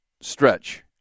stretch